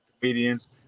comedians